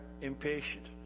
impatient